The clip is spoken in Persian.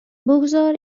بگذار